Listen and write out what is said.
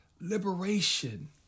liberation